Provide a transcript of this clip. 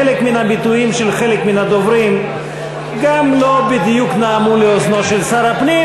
חלק מן הביטויים של חלק מן הדוברים לא בדיוק נעמו לאוזנו של שר הפנים.